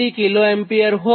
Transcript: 87° kA છે